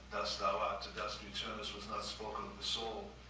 dust thou art, to dust returnest, was not spoken of the soul.